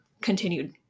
continued